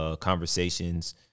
conversations